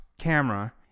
camera